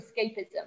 escapism